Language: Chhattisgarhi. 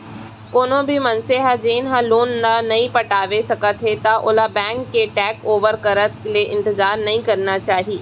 कोनो भी मनसे जेन ह लोन ल नइ पटाए सकत हे त ओला बेंक के टेक ओवर करत ले इंतजार नइ करना चाही